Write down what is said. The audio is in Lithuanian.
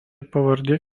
pavardė